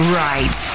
right